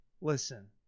listen